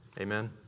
Amen